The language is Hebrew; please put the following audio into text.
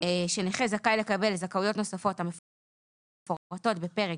ש'נכה זכה לקבל זכאויות נוספות המפורטות בפרק